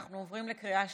אנחנו עוברים לקריאה השלישית.